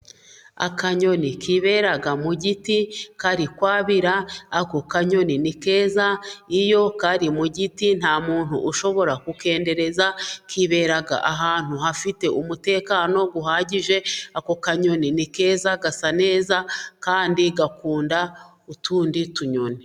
Akanyoni kibera mu giti kari kwabira, ako kanyoni ni keza, iyo kari mu giti nta muntu ushobora gukendereza, kibera ahantu hafite umutekano uhagije, ako kanyoni ni keza, gasa neza kandi gakunda utundi tuyoni.